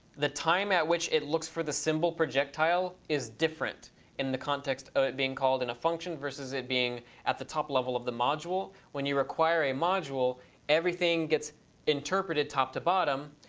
the time at which it looks for the symbol projectile is different in the context of it being called in a function versus it being at the top level of the module. when you require a module everything gets interpreted top to bottom.